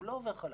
הוא לא עובר חלק.